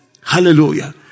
Hallelujah